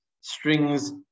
strings